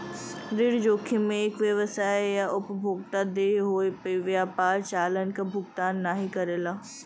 ऋण जोखिम में एक व्यवसाय या उपभोक्ता देय होये पे व्यापार चालान क भुगतान नाहीं करला